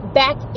back